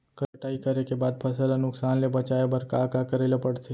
कटाई करे के बाद फसल ल नुकसान ले बचाये बर का का करे ल पड़थे?